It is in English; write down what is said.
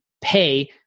pay